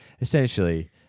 essentially